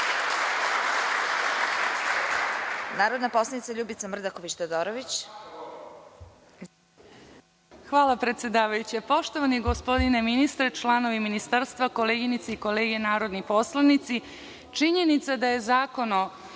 Izvolite. **Ljubica Mrdaković Todorović** Hvala predsedavajuća. Poštovani gospodine ministre, članovi ministarstva, koleginice i kolege narodni poslanici, činjenica da je Zakon o